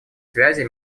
связи